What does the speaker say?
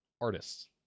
Artists